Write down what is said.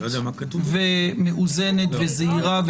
מאוזנת וזהירה,